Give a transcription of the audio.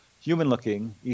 human-looking